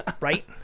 Right